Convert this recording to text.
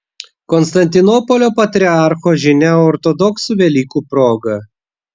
konstantinopolio patriarcho žinia ortodoksų velykų proga